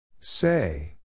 Say